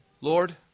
Lord